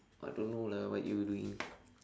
I don't know lah what you doing